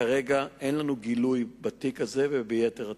כרגע אין לנו גילוי בתיק הזה וביתר התיקים.